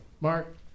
Mark